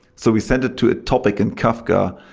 so we send it to a topic in kafka,